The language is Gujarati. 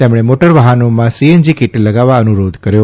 તેમણે મોટરવાહનોમાં સીએનજી કીટ લગાવવા અનુરોધ કર્યો